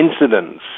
incidents